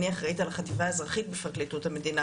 אני אחראית על החטיבה האזרחית בפרקליטות המדינה,